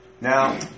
Now